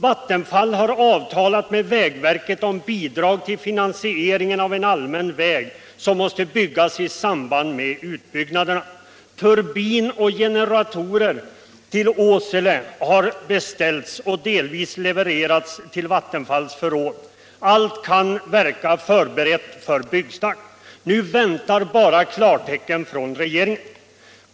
Vattenfall har avtalat med vägverket om bidrag till finansieringen av en allmän väg som måste byggas i samband med utbyggnaderna. Turbin och generatorer till Åsele har beställts och delvis levererats till Vattenfalls förråd. Allt kan verka förberett för byggstart. Nu väntar bara klartecken från regeringen.